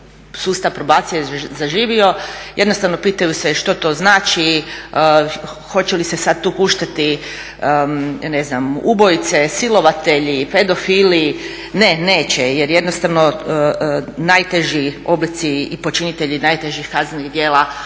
sustav probacije zaživio, jednostavno pitaju se što to znači, hoće li se sad tu guštati ubojice, silovatelji, pedofili. Ne, neće, jer jednostavno najteži oblici i počinitelji najtežih kaznenih djela apsolutno